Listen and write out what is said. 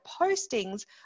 postings